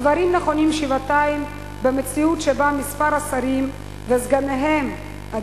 הדברים נכונים שבעתיים במציאות שבה מספר השרים וסגניהם בכנסת,